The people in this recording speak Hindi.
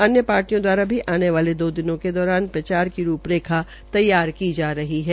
अन्य पार्टियों द्वारा भी आने वालेदो दिनों के दौरान प्रचार की रूप रेखा तैयार की जा रही है